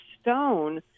stone